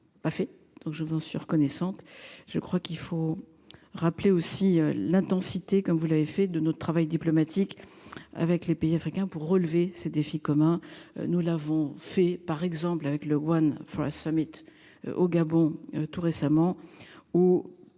pas fait donc je vous en suis reconnaissante. Je crois qu'il faut rappeler aussi l'intensité comme vous l'avez fait de notre travail diplomatique avec les pays africains pour relever ces défis communs, nous l'avons fait par exemple avec Le Guen Summit. Au Gabon, tout récemment, ou